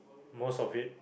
most of it